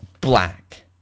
black